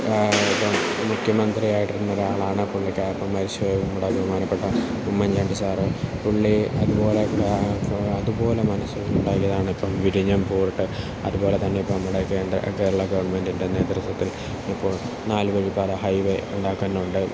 ഇപ്പം മുഖ്യമന്ത്രിയായിട്ടിരുന്ന ഒരാളാണ് പുള്ളിക്കാരനും മരിച്ചുപോയി നമ്മുടെ ബഹുമാനപ്പെട്ട ഉമ്മൻചാണ്ടി സാറ് പുള്ളി അതുപോലെ അതുപോലെ മനസ്സിൽ നിന്നുണ്ടായതാണിപ്പം വിഴിഞ്ഞം പോർട്ട് അതുപോലെതന്നെയിപ്പം രണ്ടായിരത്തിരണ്ട് കേരളഗവൺമെൻറ്റിൻ്റെ നേതൃത്വത്തിൽ ഇപ്പോൾ നാല് വരിപ്പാത ഹൈ വേ ഉണ്ടാക്കുന്നുണ്ട്